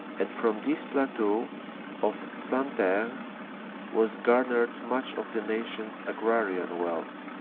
and from this plateau of santerre was garnered much of the nation's agrarian wealth.